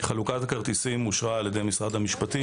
חלוקת הכרטיסים אושרה על ידי משרד המשפטים,